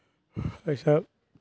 एहि सभ